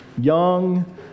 young